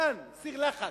סיר לחץ,